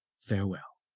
farewell.